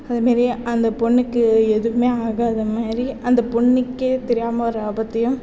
அது மாரி அந்த பொண்ணுக்கு எதுவுமே ஆகாத மாதிரி அந்த பெண்ணுக்கே தெரியாமல் வர ஆபத்தையும்